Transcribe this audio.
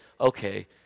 okay